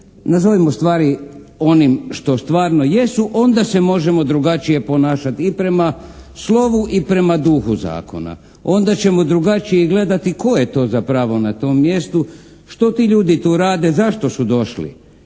Nazovimo stvari onim što stvarno jesu. Onda se možemo drugačije ponašati i prema slovu i prema duhu zakona. Onda ćemo drugačije i gledati tko je to zapravo na tom mjestu. Što ti ljudi tu rade. Zašto su došli?